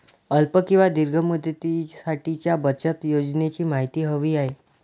अल्प किंवा दीर्घ मुदतीसाठीच्या बचत योजनेची माहिती हवी आहे